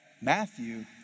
Matthew